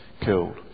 killed